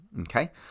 Okay